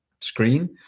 screen